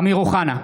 אמיר אוחנה,